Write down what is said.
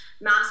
mass